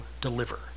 deliver